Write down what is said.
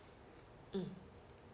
mm